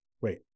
wait